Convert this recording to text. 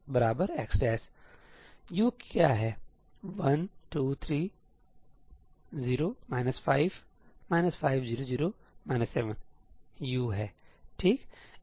तो U क्या है 1 2 3 0 5 5 0 0 7 U है ठीक है